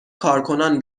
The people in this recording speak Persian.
کارکنان